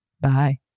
Bye